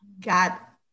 got